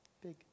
big